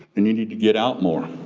then you need to get out more.